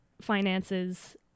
finances